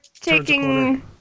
taking